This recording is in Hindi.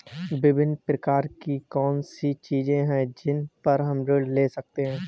विभिन्न प्रकार की कौन सी चीजें हैं जिन पर हम ऋण ले सकते हैं?